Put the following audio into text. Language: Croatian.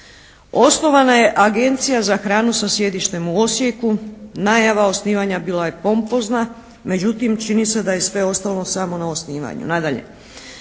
Osnovana je Agencija za hranu sa sjedištem u Osijeku, najava osnivanja bila je pompozna međutim čini se da je sve ostalo samo na osnivanju.